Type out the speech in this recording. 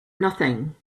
nothing